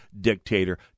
dictator